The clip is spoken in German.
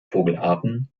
vogelarten